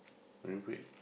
Marine-Parade